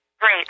Great